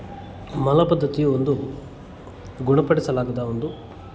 ಮಲಬದ್ಧತೆಯು ಒಂದು ಗುಣ ಪಡಿಸಲಾಗದ ಒಂದು